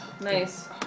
Nice